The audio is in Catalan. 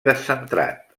descentrat